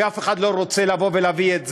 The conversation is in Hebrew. ואף אחד לא רוצה לבוא ולהביא את זה,